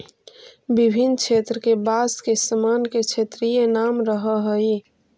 विभिन्न क्षेत्र के बाँस के सामान के क्षेत्रीय नाम रहऽ हइ